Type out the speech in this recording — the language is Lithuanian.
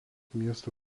miesto